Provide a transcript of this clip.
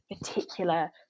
particular